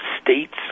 states